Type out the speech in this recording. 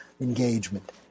engagement